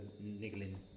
niggling